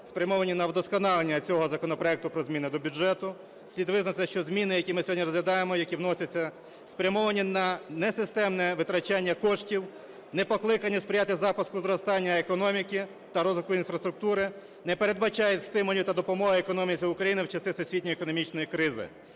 спрямовані на вдосконалення цього законопроекту про зміни до бюджету, слід визнати, що зміни, які ми сьогодні розглядаємо, які вносяться, спрямовані на несистемне витрачання коштів, непокликання сприяти запуску зростання економіки та розвитку інфраструктури, не передбачають стимулів та допомоги економіці України в часи всесвітньої економічної кризи.